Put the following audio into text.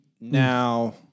now